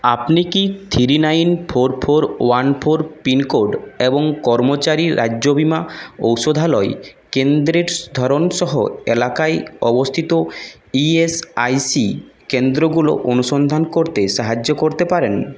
আপনি কি three nine four four one four pin code এবং কর্মচারী রাজ্য বীমা ঔষধালয় কেন্দ্রের ধরন সহ এলাকায় অবস্থিত ই এস আই সি কেন্দ্রগুলো অনুসন্ধান করতে সাহায্য করতে পারেন